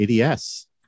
ADS